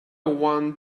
want